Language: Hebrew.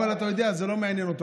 אבל, אתה יודע, זה לא מעניין אותו.